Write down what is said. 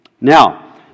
Now